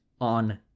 on